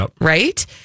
right